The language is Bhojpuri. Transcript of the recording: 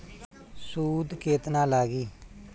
सूद केतना लागी?